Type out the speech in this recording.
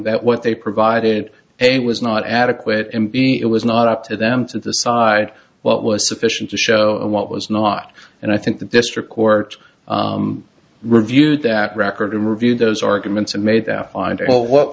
that what they provided a was not adequate and be it was not up to them to decide what was sufficient to show what was not and i think the district court reviewed that record to review those arguments and made their find